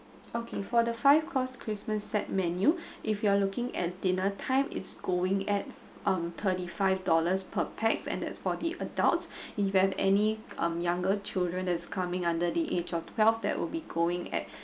okay for the five course christmas set menu if you are looking at dinner time it's going at um thirty five dollars per pax and that's for the adults if you have any younger children that's coming under the age of twelve that will be going at